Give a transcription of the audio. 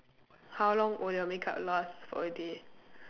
how long will your makeup last for a day